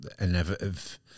innovative